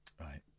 right